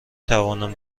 توانم